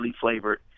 flavored